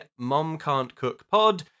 momcan'tcookpod